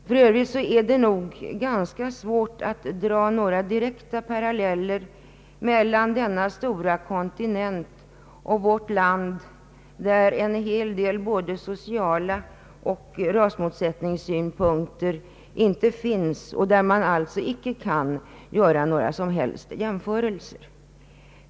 För övrigt är det ganska svårt att dra några direkta paralieller mellan denna stora kontinent och vårt land där en hel del av USA:s sociala problem och rasmotsättningar inte finns.